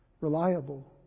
Reliable